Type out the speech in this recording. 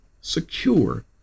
Secure